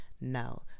No